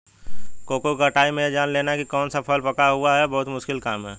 cocoa की कटाई में यह जान लेना की कौन सा फल पका हुआ है बहुत मुश्किल काम है